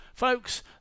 Folks